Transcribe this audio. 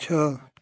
छः